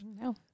No